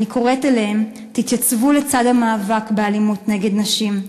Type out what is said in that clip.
אני קוראת אליהם: תתייצבו לצד המאבק באלימות נגד נשים.